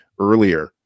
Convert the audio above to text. earlier